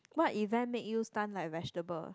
what event make you stun like vegetable